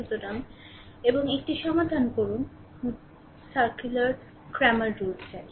সুতরাং এবং এটি সমাধান করুন ঘোরা ক্র্যামার রুল চাই